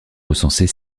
recensés